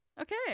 Okay